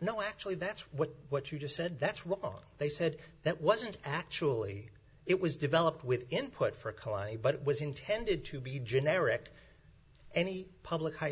no actually that's what you just said that's wrong they said that wasn't actually it was developed with input for a colony but it was intended to be generic any public high